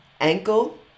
ankle